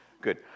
Good